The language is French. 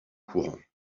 courants